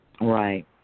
Right